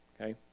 Okay